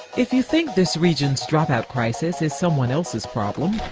if you think this region's dropout crisis is someone else's problem,